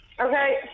Okay